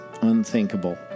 Unthinkable